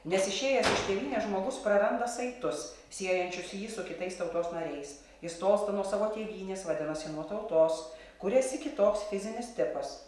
nes išėjęs iš tėvynės žmogus praranda saitus siejančius jį su kitais tautos nariais jis tolsta nuo savo tėvynės vadinasi nuo tautos kuriasi kitoks fizinis tipas